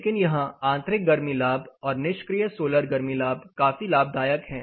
लेकिन यहां आंतरिक गर्मी लाभ और निष्क्रिय सोलर गर्मी लाभ काफी लाभदायक है